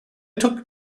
took